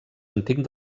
antic